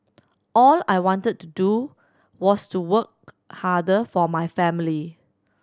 all I wanted to do was to work harder for my family